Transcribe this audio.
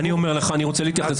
אני אומר לך שאני רוצה להתייחס.